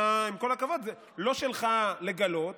עם כל הכבוד, לא שלך לגלות,